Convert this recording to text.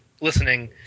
listening